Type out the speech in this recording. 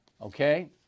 okay